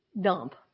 dump